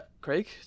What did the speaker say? Craig